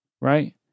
right